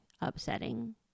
upsetting